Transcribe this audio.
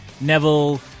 Neville